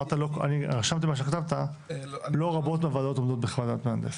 אני רשמתי מה שכתבת: "לא רבות מהוועדות עומדות בחוות דעת מהנדס".